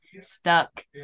stuck